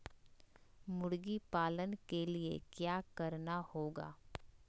मुर्गी पालन के लिए क्या करना होगा?